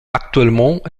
actuellement